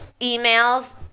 emails